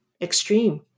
extreme